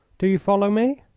do you follow me?